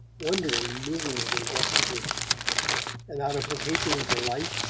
wondering miserably what to do and out of her hatred of her life,